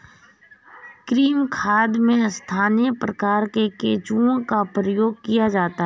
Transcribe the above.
कृमि खाद में स्थानीय प्रकार के केंचुओं का प्रयोग किया जाता है